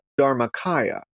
Dharmakaya